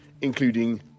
including